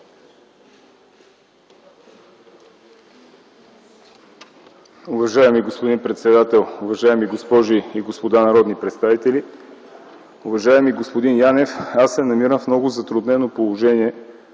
Уважаеми господин председател, уважаеми госпожи и господа народни представители! Уважаеми господин Янев, аз се намирам в много затруднено положение,